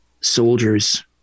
Soldiers